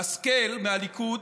השכל מהליכוד